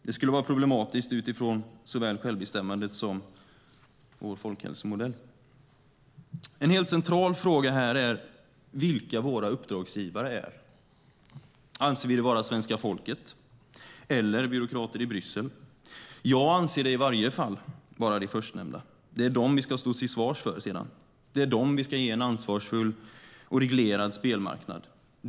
Det skulle vara problematiskt utifrån såväl självbestämmandet som vår folkhälsomodell. En helt central fråga är vilka våra uppdragsgivare är. Anser vi det vara svenska folket eller byråkrater i Bryssel? Jag anser det i varje fall vara det förstnämnda. Det är det vi sedan ska stå till svars för. Det är det vi ska ge en ansvarsfull och reglerad spelmarknad.